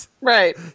right